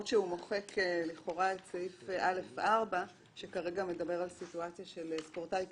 מוחק לכאורה את סעיף (א4) שכרגע מדבר על סיטואציה של ספורטאי קטין,